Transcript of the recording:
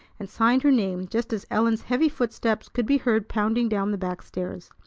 and signed her name just as ellen's heavy footsteps could be heard pounding down the back stairs.